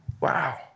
wow